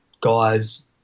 guys